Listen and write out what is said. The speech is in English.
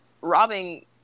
robbing